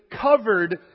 covered